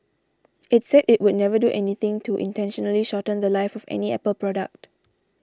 it said it would never do anything to intentionally shorten the Life of any Apple product